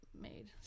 made